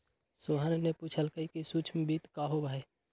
सोहन ने पूछल कई कि सूक्ष्म वित्त का होबा हई?